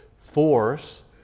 force